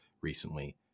recently